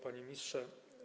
Panie Ministrze!